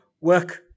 work